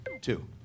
two